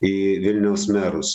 į vilniaus merus